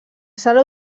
sala